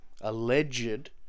alleged